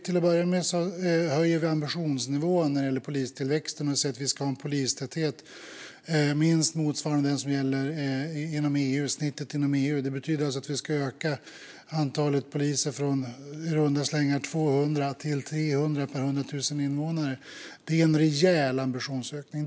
Till att börja med höjer vi ambitionsnivån när det gäller polistillväxten och säger att vi ska ha en polistäthet minst motsvarande snittet inom EU, vilket betyder att vi ska öka antalet poliser från i runda slängar 200 till 300 per 100 000 invånare. Det är en rejäl ambitionshöjning.